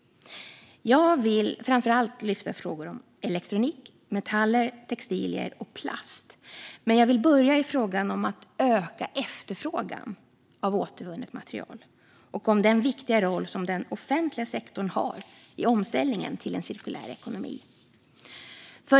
Jag vill framför allt lyfta frågor om elektronik, metaller, textilier och plast, men jag vill börja i frågan om att öka efterfrågan på återvunnet material och den viktiga roll som den offentliga sektorn har i omställningen till en cirkulär ekonomi.